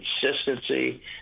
consistency